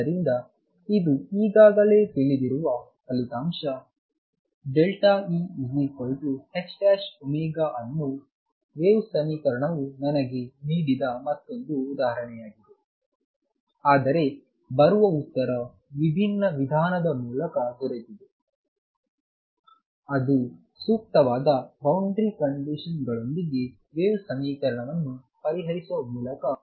ಆದ್ದರಿಂದ ಇದು ಈಗಾಗಲೇ ತಿಳಿದಿರುವ ಫಲಿತಾಂಶ E ℏω ಅನ್ನು ವೇವ್ ಸಮೀಕರಣವು ನನಗೆ ನೀಡಿದ ಮತ್ತೊಂದು ಉದಾಹರಣೆಯಾಗಿದೆ ಆದರೆ ಬರುವ ಉತ್ತರ ವಿಭಿನ್ನ ವಿಧಾನದ ಮೂಲಕ ದೊರೆತಿದೆಅದು ಸೂಕ್ತವಾದ ಬೌಂಡರಿ ಕಂಡೀಶನ್ಗಳೊಂದಿಗೆ ವೇವ್ ಸಮೀಕರಣವನ್ನು ಪರಿಹರಿಸುವ ಮೂಲಕ